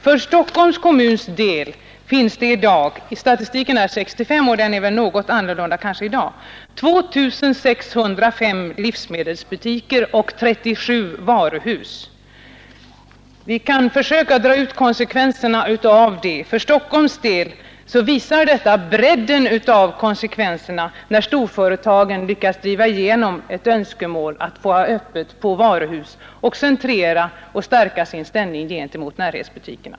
I Stockholms kommun fanns år 1965 — siffran är kanske något annorlunda i dag — 2605 livsmedelsbutiker och 37 varuhus. För Stockholms del visar detta bredden av problemet om storföretagen lyckas driva igenom ett önskemål att få ha öppet på varuhus samt att centrera och stärka sin ställning gentemot närhetsbutikerna.